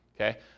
Okay